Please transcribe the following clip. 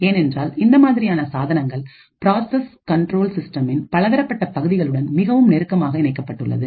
ஏனென்றால் இந்த மாதிரியான சாதனங்கள் ப்ராசஸ் கண்ட்ரோல் சிஸ்டமின்பலதரப்பட்ட பகுதிகளுடன் மிகவும் நெருக்கமாக இணைக்கப்பட்டுள்ளது